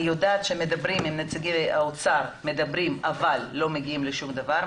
אני יודעת שנציגי האוצר מדברים אבל לא מגיעים לשום דבר.